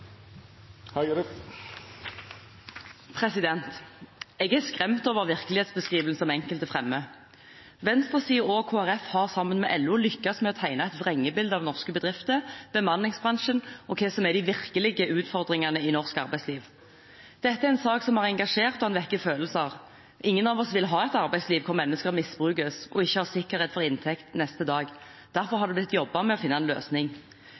Jeg er skremt av den virkelighetsbeskrivelsen som enkelte fremmer. Venstresiden og Kristelig Folkeparti har sammen med LO lyktes med å tegne et vrengebilde av norske bedrifter, bemanningsbransjen og hva som er de virkelige utfordringene i norsk arbeidsliv. Dette er en sak som har engasjert, og den vekker følelser. Ingen av oss vil ha et arbeidsliv hvor mennesker misbrukes og ikke har sikkerhet for inntekt neste dag. Derfor har det blitt jobbet med å finne en løsning.